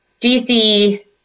DC